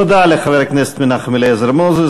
תודה לחבר הכנסת מנחם אליעזר מוזס.